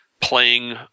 playing